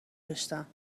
داشتم